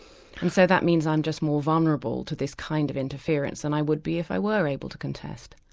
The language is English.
and so that means i'm just more vulnerable to this kind of interference than i would be if i were able to contest.